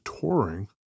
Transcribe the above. touring